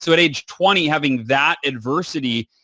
so at age twenty having that adversity,